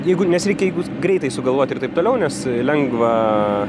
jeigu nesveikai jeigu greitai sugalvoti ir taip toliau nes lengva